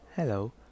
hello